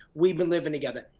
we've been living together.